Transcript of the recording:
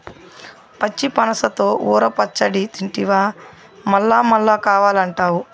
పచ్చి పనసతో ఊర పచ్చడి తింటివా మల్లమల్లా కావాలంటావు